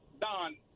Don